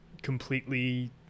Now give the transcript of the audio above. completely